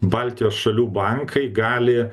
baltijos šalių bankai gali